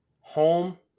Home